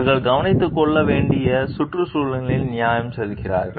அவர்கள் கவனித்துக் கொள்ள வேண்டிய சுற்றுச்சூழலுக்கு நியாயம் செய்கிறார்கள்